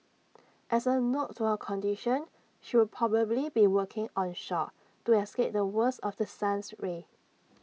as A nod to her condition she will probably be working onshore to escape the worst of the sun's rays